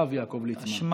הרב יעקב ליצמן.